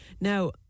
Now